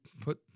put